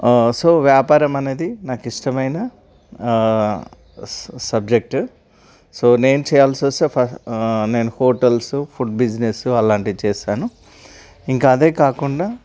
so వ్యాపారం అనేది నాకు ఇష్టమైన స సబ్జెక్ట్ సో నేను చేయాల్సి వస్తే ఫ నేను హోటల్స్ ఫుడ్ బిజినెస్ అలాంటివి చేస్తాను ఇంకా అదే కాకుండా